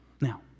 Now